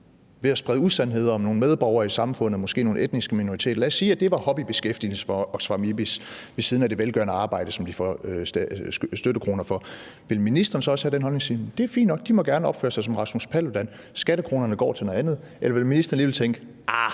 ved at sprede usandheder om nogle medborgere i samfundet – måske nogle etniske minoriteter. Lad os sige, det var en hobbybeskæftigelse for Oxfam IBIS ved siden af det velgørende arbejde, som de får støttekroner til. Hvis det var sådan, ville ministeren så også have den holdning og sige: Det er fint nok, de må gerne opføre sig som Rasmus Paludan, for skattekronerne går til noget andet? Eller ville ministeren alligevel tænke: Nej, den type